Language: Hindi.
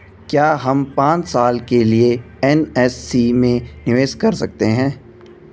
क्या हम पांच साल के लिए एन.एस.सी में निवेश कर सकते हैं?